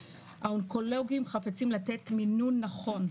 האונקולוגים חפצים לתת מינון נכון,